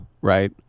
right